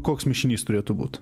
koks mišinys turėtų būt